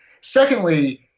Secondly